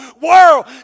world